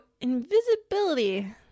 invisibility